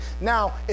Now